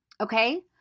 Okay